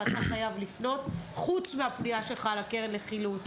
ואתה חייב לפנות חוץ מהפנייה שלך לקרן לחילוט.